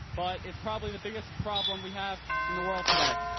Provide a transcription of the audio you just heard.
but it's probably the biggest problem we have in the world today.